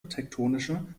tektonische